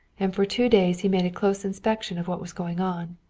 and for two days he made a close inspection of what was going on.